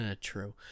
True